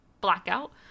blackout